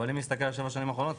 אבל אם נסתכל שבע שנים אחרונות,